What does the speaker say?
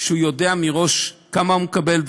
ויודע מראש כמה הוא מקבל,